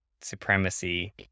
supremacy